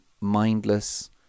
mindless